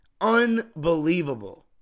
Unbelievable